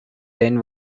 ten